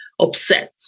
upset